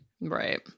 Right